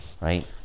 Right